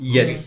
Yes